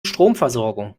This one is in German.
stromversorgung